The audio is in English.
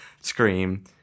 scream